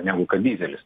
negu kad dyzelis